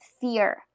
fear